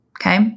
okay